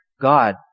God